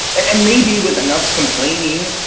and maybe with enough complaining,